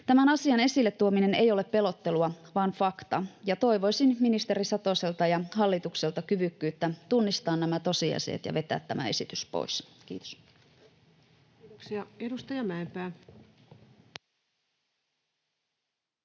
Tämän asian esille tuominen ei ole pelottelua vaan fakta, ja toivoisin ministeri Satoselta ja hallitukselta kyvykkyyttä tunnistaa nämä tosiasiat ja vetää tämä esitys pois. — Kiitos.